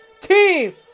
team